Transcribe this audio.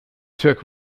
took